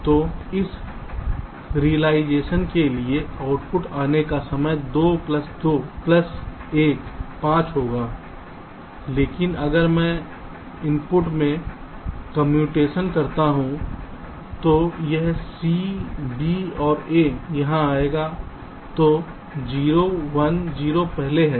तो इस रिलाइजेशन के लिए आउटपुट आने का समय 2 प्लस 2 प्लस 1 5 होगा लेकिन अगर मैं इनपुट में कम्यूटेशन करता हूं तो यह c b और a यहां आएगा तो 0 1 0 पहले है